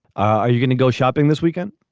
are you going to go shopping this weekend?